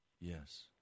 Yes